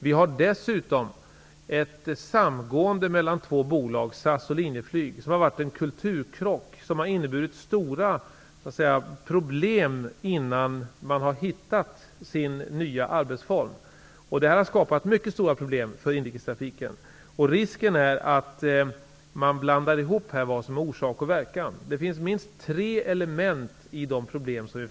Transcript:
Det har dessutom skett ett samgående mellan två bolag, SAS och Linjeflyg, som har inneburit en kulturkrock som har medfört stora problem innan man har hittat sin nya arbetsform. Detta har skapat mycket stora problem för inrikestrafiken. Det finns risk för att man blandar ihop vad som är orsak och verkan. Det finns minst tre element i de nuvarande problemen.